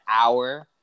hour